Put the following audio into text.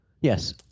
Yes